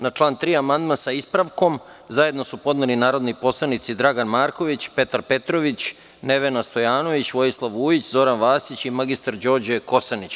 Na član 3. amandman sa ispravkom zajedno su podneli narodni poslanici Dragan Marković, Petar Petrović, Nevena Stojanović, Vojislav Vujić, Zoran Vasić i mr Đorđe Kosanić.